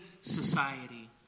society